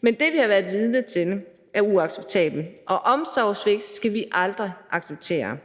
men det, vi har været vidner til, er uacceptabelt, og omsorgssvigt skal vi aldrig acceptere.